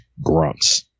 grunts